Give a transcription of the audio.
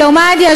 גרמניה,